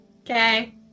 Okay